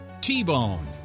T-Bone